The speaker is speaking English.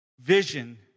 Vision